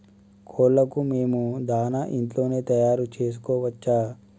కోళ్లకు మేము దాణా ఇంట్లోనే తయారు చేసుకోవచ్చా?